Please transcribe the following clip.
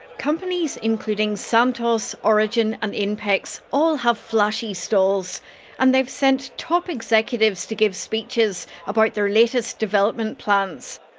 companies including santos, origin and inpex all have flashy stalls and they've sent top executives to give speeches about their latest development plans.